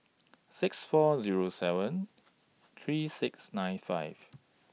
six four Zero seven three six nine five